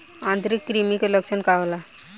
आंतरिक कृमि के लक्षण का होला?